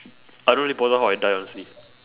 I don't really bother how I die honestly